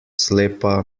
slepa